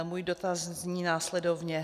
Můj dotaz zní následovně.